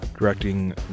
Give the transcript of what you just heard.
Directing